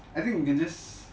I think you can just